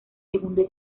segundo